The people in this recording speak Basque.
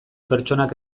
pertsonak